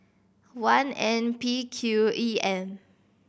one N P Q E M